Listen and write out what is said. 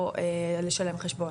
או לשלם חשבון?